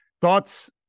Thoughts